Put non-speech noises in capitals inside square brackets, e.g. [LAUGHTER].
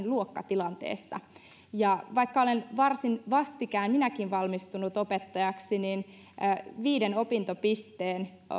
[UNINTELLIGIBLE] luokkatilanteessa vaikka olen varsin vastikään minäkin valmistunut opettajaksi niin viiden opintopisteen